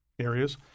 areas –